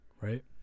right